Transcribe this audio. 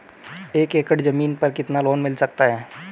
एक एकड़ जमीन पर कितना लोन मिल सकता है?